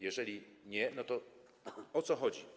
Jeżeli nie, to o co chodzi?